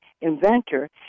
inventor